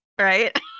right